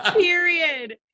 period